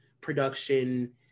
production